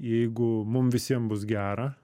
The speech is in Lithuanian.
jeigu mum visiem bus gera